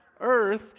Earth